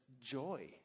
joy